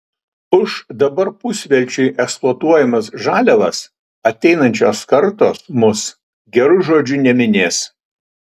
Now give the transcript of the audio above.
už dabar pusvelčiui eksploatuojamas žaliavas ateinančios kartos mus geru žodžiu neminės